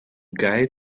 guy